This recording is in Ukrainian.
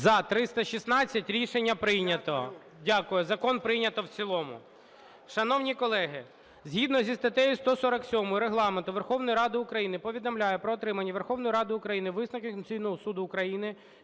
За-316 Рішення прийнято. Дякую. Закон прийнято в цілому. Шановні колеги, згідно зі статтею 147 Регламенту Верховної Ради України повідомляю про отримання Верховною Радою України висновків Конституційного Суду України